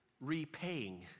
repaying